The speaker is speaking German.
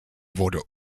wurde